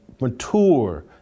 mature